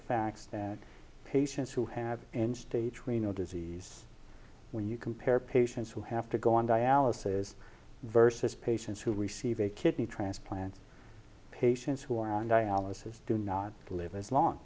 facts that patients who have stage renal disease when you compare patients who have to go on dialysis versus patients who receive a kidney transplant patients who are on dialysis do not live as long